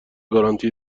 گارانتی